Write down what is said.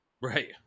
Right